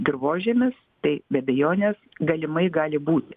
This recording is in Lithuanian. dirvožemis tai be abejonės galimai gali būti